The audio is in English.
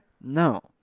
No